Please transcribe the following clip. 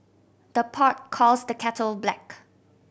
the pot calls the kettle black